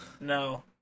No